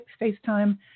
FaceTime